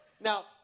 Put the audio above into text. Now